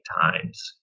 times